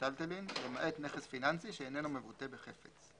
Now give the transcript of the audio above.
"מיטלטלין" למעט נכס פיננסי שאיננו מבוטא בחפץ.